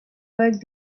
worked